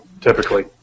typically